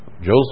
Joseph